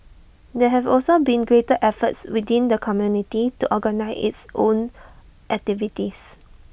there have also been greater efforts within the community to organise its own activities